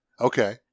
Okay